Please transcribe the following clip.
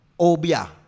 Obia